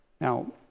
Now